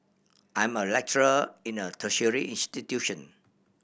I am a lecturer in a tertiary institution